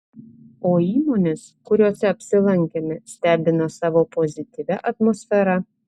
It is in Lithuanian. o įmonės kuriose apsilankėme stebina savo pozityvia atmosfera